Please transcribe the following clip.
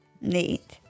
Neat